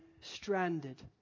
stranded